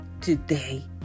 today